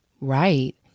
right